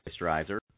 moisturizer